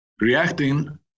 reacting